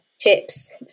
chips